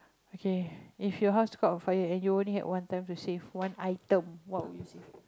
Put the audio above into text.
okay if your house caught on fire and you only had one time to save one item what would you save